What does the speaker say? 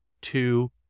two